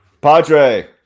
Padre